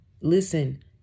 Listen